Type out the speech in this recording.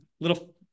little